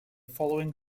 following